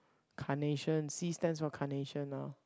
carnation C stands for carnation lor